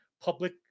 public